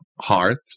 hearth